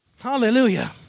Hallelujah